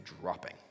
dropping